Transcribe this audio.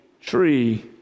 tree